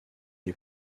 les